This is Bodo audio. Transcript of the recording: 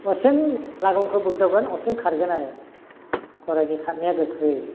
जेसेनो लागामखौ बोग्दावगोन एसेनो खारगोन आरो गराइनि खारनाया गोख्रै